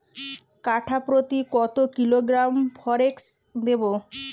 কাঠাপ্রতি কত কিলোগ্রাম ফরেক্স দেবো?